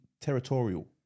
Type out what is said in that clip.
territorial